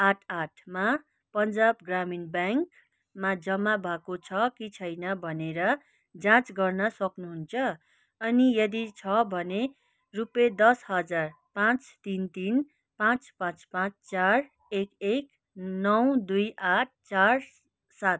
आठ आठमा पन्जाब ग्रामीण ब्याङ्कमा जम्मा भएको छ कि छैन भनेर जाँच गर्न सक्नुहुन्छ अनि यदि छ भने रुपियाँ दस हजार पाँच तिन तिन पाँच पाँच पाँच चार एक एक नौ दुई आठ चार सात